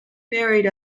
buried